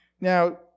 Now